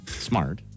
Smart